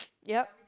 yup